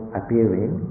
appearing